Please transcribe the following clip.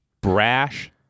Brash